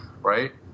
right